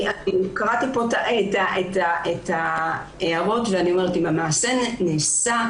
קראתי את ההערות ואני אומרת שאם המעשה נעשה,